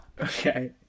Okay